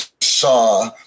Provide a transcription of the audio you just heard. saw